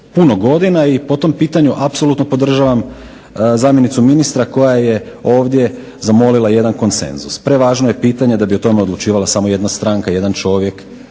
puno godina i po tom pitanju apsolutno podržavam zamjenicu ministra koja je ovdje zamolila jedan konsenzus. Prevažno je pitanje da bi o tome odlučivala samo jedan stranka, jedan čovjek